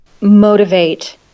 motivate